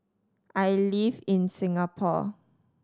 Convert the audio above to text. I live in Singapore